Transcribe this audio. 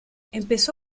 empezó